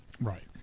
right